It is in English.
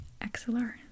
XLR